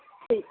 ٹھیک